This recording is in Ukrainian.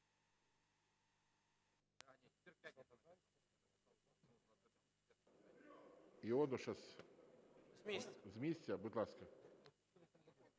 Дякую,